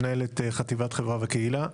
מנהל את חטיבת חברה וקהילה.